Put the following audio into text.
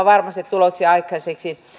varmasti tuloksia aikaiseksi